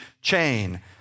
chain